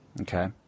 Okay